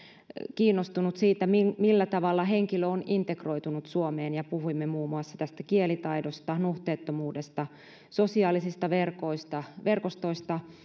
kiinnostunut siitä millä tavalla henkilö on integroitunut suomeen ja puhuimme muun muassa kielitaidosta nuhteettomuudesta sosiaalisista verkostoista verkostoista